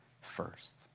first